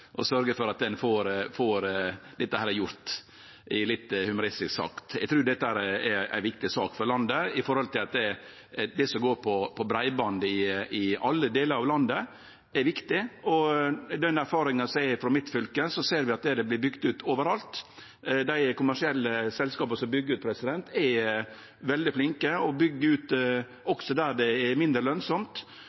og sørgjer for at ein får gjort dette. Det er litt humoristisk sagt. Eg trur dette er ei viktig sak for landet. Breiband er viktig i alle delar av landet. Erfaringa eg har frå mitt fylke, er at det vert bygd ut overalt. Dei kommersielle selskapa som byggjer ut, er veldig flinke og byggjer ut også der det er mindre